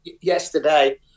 yesterday